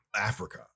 Africa